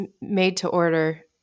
made-to-order